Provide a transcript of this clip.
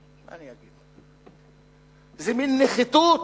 מה אני אגיד, זה מין נחיתות.